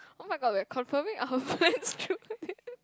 oh-my-god we are confirming our plans through this